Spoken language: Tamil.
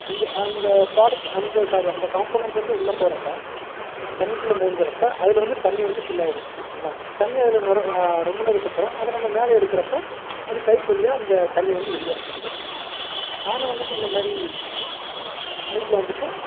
அந்த அந்த ப்ராடக்ட் அந்த சாரி காம்போனன்ட் வந்து உள்ளே போகிறப்ப அந்த தண்ணிகுள்ளே மூழ்குறப்போ அதில் வந்து தண்ணி வந்து ஃபில் ஆயிடும் ஓகேங்களா தண்ணி அதில் நொர ரொம்பினதுக்கப்பறோம் அதை நம்ப மேலே எடுக்கிறப்ப அது பைப் வழியா அந்த தண்ணி வந்து வெளியே வந்துடுது நானும் வந்துட்டு இந்தமாதிரி பைப்பில் வந்துட்டு